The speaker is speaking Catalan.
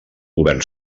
govern